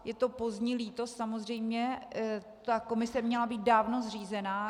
Je to pozdní lítost, samozřejmě ta komise měla být dávno zřízena.